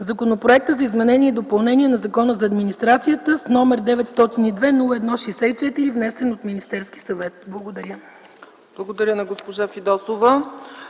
Законопроекта за изменение и допълнение на Закона за администрацията, № 902–01–64, внесен от Министерския съвет.” Благодаря. ПРЕДСЕДАТЕЛ ЦЕЦКА ЦАЧЕВА: Благодаря на госпожа Фидосова.